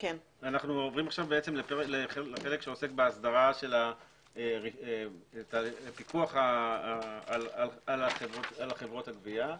אנחנו עוברים לפרק שעוסק בהסדרת הפיקוח על חברות הגבייה.